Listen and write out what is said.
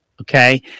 okay